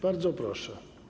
Bardzo proszę.